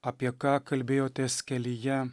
apie ką kalbėjotės kelyje